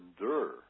endure